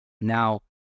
Now